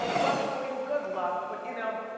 well celine good luck but you know,